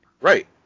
Right